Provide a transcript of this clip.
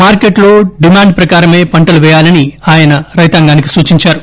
market లో demand ప్రకారమే పంటలు పేయాలని ఆయన రైతాంగానికి సూచించారు